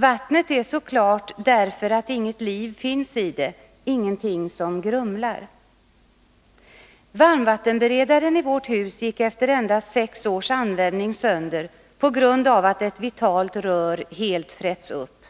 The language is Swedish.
Vattnet är så klart därför att inget liv finns i det, det är ingenting som grumlar. Varmvattenberedaren i vårt hus gick efter endast sex års användning sönder på grund av att ett vitalt rör helt hade frätts upp.